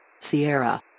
Sierra